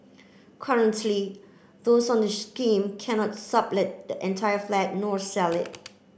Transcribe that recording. currently those on the scheme cannot sublet the entire flat nor sell it